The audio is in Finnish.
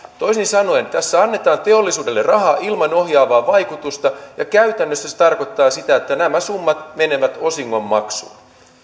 toisin sanoen tässä annetaan teollisuudelle rahaa ilman ohjaavaa vaikutusta ja käytännössä se tarkoittaa sitä että nämä summat menevät osingonmaksuun